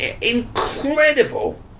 Incredible